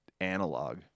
analog